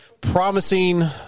promising